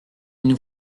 nous